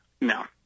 No